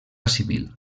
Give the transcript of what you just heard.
civil